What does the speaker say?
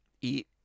eat